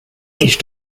each